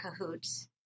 cahoots